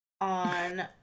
On